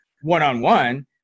one-on-one